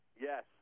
Yes